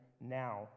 now